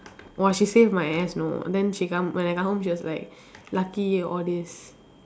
!wah! she save my ass you know then she come when I come home she was like lucky all these